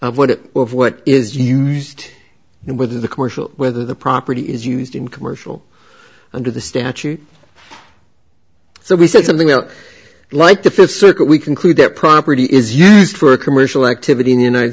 of what it what is used and what is the commercial whether the property is used in commercial under the statute so we said something else like the fifth circuit we conclude that property is used for commercial activity in the united